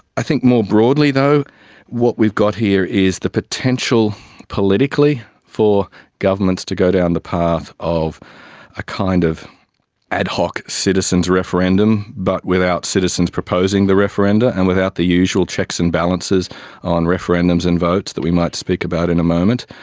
i think more broadly though what we've got here is the potential politically for governments to go down the path of a kind of ad hoc citizens' referendum but without citizens proposing the referenda and without the usual checks and balances on referendums and votes that we might speak about in a moment.